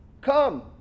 come